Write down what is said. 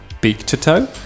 beak-to-toe